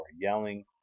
yelling